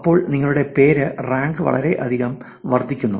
അപ്പോൾ നിങ്ങളുടെ page rank വളരെയധികം വർദ്ധിക്കുന്നു